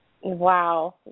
Wow